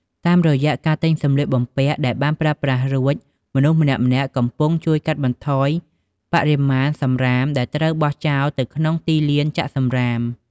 តាមរយៈការទិញសម្លៀកបំពាក់ដែលបានប្រើប្រាស់រួច មនុស្សម្នាក់ៗកំពុងជួយកាត់បន្ថយបរិមាណសំរាមដែលត្រូវបោះចោលទៅក្នុងទីលានចាក់សំរាម។